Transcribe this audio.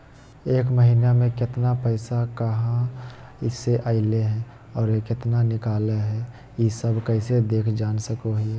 एक महीना में केतना पैसा कहा से अयले है और केतना निकले हैं, ई सब कैसे देख जान सको हियय?